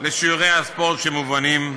לשיעורי הספורט שמובנים במערכת.